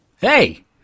Hey